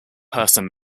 person